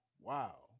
Wow